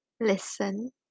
listen